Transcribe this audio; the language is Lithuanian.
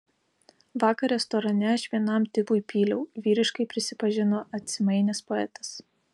vakar restorane aš vienam tipui pyliau vyriškai prisipažino atsimainęs poetas